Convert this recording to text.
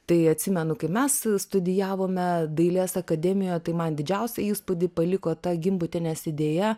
tai atsimenu kai mes studijavome dailės akademijoje tai man didžiausią įspūdį paliko ta gimbutienės idėja